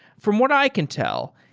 from what i can tell,